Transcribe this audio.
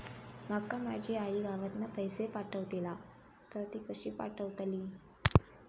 माका माझी आई गावातना पैसे पाठवतीला तर ती कशी पाठवतली?